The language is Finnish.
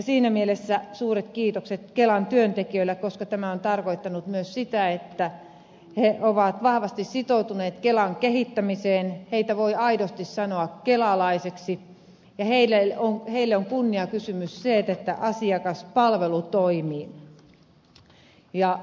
siinä mielessä suuret kiitokset kelan työntekijöille koska tämä on tarkoittanut myös sitä että he ovat vahvasti sitoutuneet kelan kehittämiseen heitä voi aidosti sanoa kelalaisiksi ja heille on kunniakysymys se että asiakaspalvelu toimii